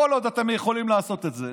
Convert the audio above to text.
כל עוד אתם יכולים לעשות את זה,